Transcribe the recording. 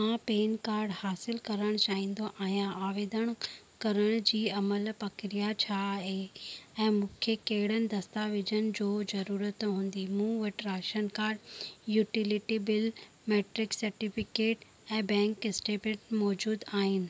मां PAN card हासिलु करणु चाहिंदो आहियां आवेदन करण जी अमल प्रक्रिया छा आहे ऐं मूंखे कहिड़नि दस्तावेजनि जी ज़रुरत हूंदी मूं वटि ration card utility bill matric certificate ऐं बैंक स्टेटमेंट मौजूदु आहिनि